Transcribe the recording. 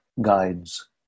guides